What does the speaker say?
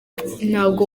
ntabwo